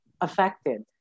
affected